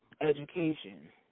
education